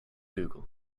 google